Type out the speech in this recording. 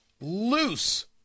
loose